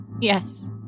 yes